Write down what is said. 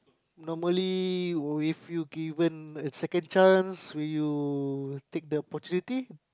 normally if you given a second chance will you take the opportunity